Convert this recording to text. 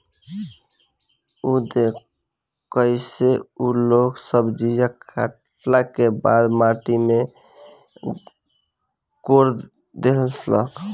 उ देखऽ कइसे उ लोग सब्जीया काटला के बाद माटी कोड़ देहलस लो